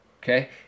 Okay